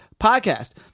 podcast